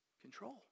control